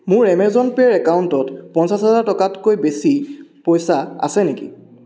মোৰ এমেজন পে'ৰ একাউণ্টত পঞ্চাছ হাজাৰ টকাতকৈ বেছি পইচা আছে নেকি